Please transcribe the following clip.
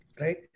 right